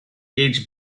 age